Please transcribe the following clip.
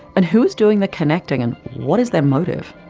and who is doing the connecting, and what is their motive?